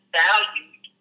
valued